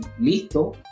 listo